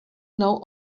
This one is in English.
know